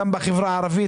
גם בחברה הערבית,